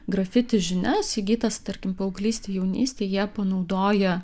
grafiti žinias įgytas tarkim paauglystėj jaunystėj jie panaudoja